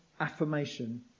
affirmation